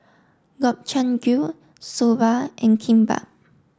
Gobchang Gui Soba and Kimbap